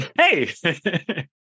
Hey